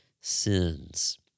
sins